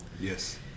Yes